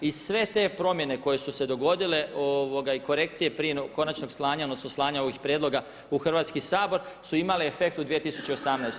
I sve te promjene koje su se dogodile i korekcije prije konačnog slanja odnosno slanja ovih prijedloga u Hrvatski sabor su imale efekt u 2018.